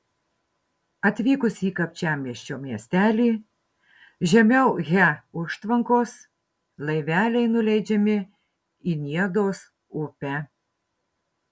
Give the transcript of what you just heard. atvykus į kapčiamiesčio miestelį žemiau he užtvankos laiveliai nuleidžiami į niedos upę